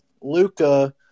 Luca